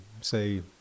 say